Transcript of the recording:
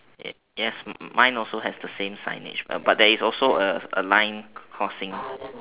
yes mine also has the same signage but there's also a a line crossing